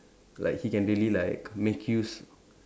like he can really like make use